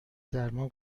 درمان